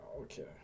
Okay